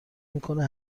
میکنه